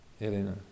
Elena